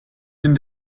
been